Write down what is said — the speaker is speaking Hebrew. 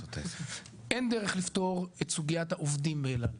אין דרך לפתור את סוגיית העובדים באל על,